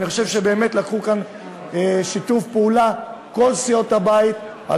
אני חושב שבאמת פעלו כאן כל סיעות הבית בשיתוף פעולה